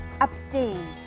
Abstain